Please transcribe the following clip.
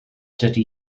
dydy